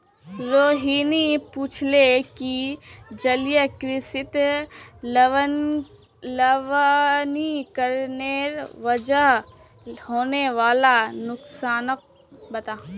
रोहिणी पूछले कि जलीय कृषित लवणीकरनेर वजह होने वाला नुकसानक बता